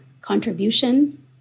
contribution